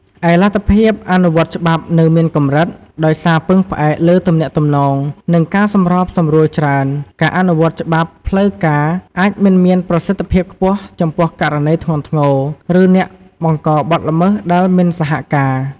ឯលទ្ធភាពអនុវត្តច្បាប់នៅមានកម្រិត ដោយសារពឹងផ្អែកលើទំនាក់ទំនង និងការសម្របសម្រួលច្រើន ការអនុវត្តច្បាប់ផ្លូវការ អាចមិនមានប្រសិទ្ធភាពខ្ពស់ចំពោះករណីធ្ងន់ធ្ងរ ឬអ្នកបង្កបទល្មើសដែលមិនសហការ។